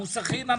המוסכים.